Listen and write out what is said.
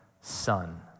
son